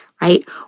right